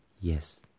yes